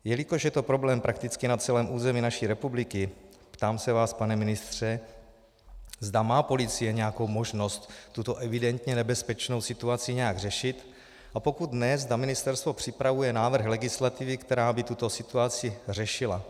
Jelikož je to problém prakticky na celém území naší republiky, ptám se vás, pane ministře, zda má policie nějakou možnost tuto evidentně nebezpečnou situaci nějak řešit, a pokud ne, zda ministerstvo připravuje návrh legislativy, která by tuto situaci řešila.